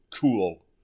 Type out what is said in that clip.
cool